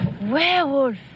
Werewolf